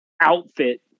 outfit